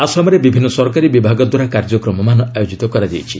ଆସାମରେ ବିଭିନ୍ନ ସରକାରୀ ବିଭାଗଦ୍ୱାରା କାର୍ଯ୍ୟକ୍ରମମାନ ଆୟୋଜିତ କରାଯାଇଛି